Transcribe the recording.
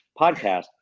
podcast